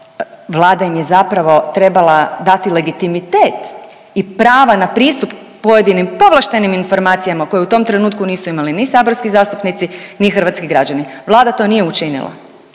Vlada im je zapravo trebala dati legitimitet i prava na pristup pojedinim povlaštenim informacijama koje u tom trenutku nisu imali ni saborski zastupnici ni hrvatski građani. Vlada to nije učinila